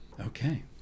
Okay